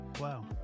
Wow